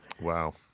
Wow